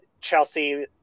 Chelsea